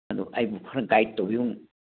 ꯑꯗꯣ ꯑꯩꯕꯨ ꯈꯔ ꯒꯥꯏꯗ ꯇꯧꯕꯤꯌꯨ